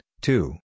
two